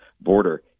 border